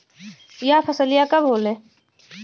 यह फसलिया कब होले?